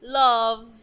love